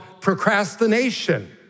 procrastination